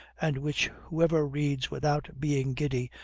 and which whoever reads without being giddy,